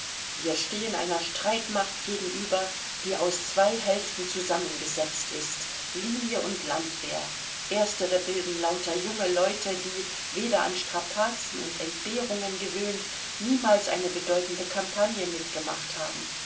wir stehen einer streitmacht gegenüber die aus zwei hälften zusammengesetzt ist linie und landwehr erstere bilden lauter junge leute die weder an strapazen und entbehrungen gewöhnt niemals eine bedeutende campagne mitgemacht haben